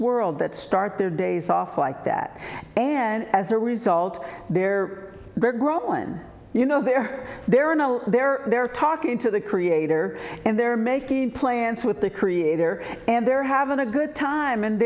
world that start their days off like that and as a result they're grown you know they're there are no they're there talking to the creator and they're making plans with the creator and they're having a good time and